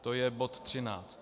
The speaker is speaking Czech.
To je bod 13.